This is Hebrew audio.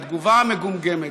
התגובה המגומגמת